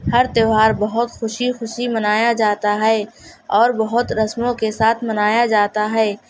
ہر تہوار بہت خوشی خوشی منایا جاتا ہے اور بہت رسموں کے ساتھ منایا جاتا ہے